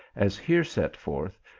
as here set forth,